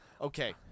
Okay